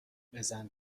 بزن